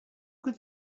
could